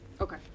Okay